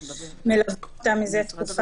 שהם מלווים אותם מזה תקופה.